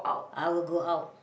I will go out